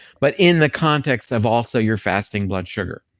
but in the context of also your fasting blood sugar.